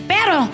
Pero